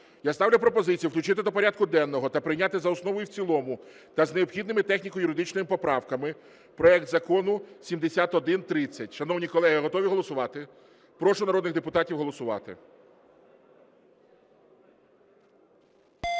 Я ставлю пропозицію включити до порядку денного та прийняти за основу і в цілому та з необхідними техніко-юридичними поправками проект Закону 7130. Шановні колеги, готові голосувати? Прошу народних депутатів голосувати.